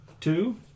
two